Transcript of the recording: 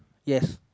yes